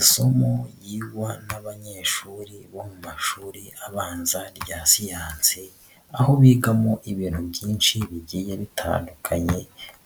Isomo ryigwa n'abanyeshuri bo mu mashuri abanza rya siyansi, aho bigamo ibintu byinshi bigiye bitandukanye